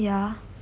ya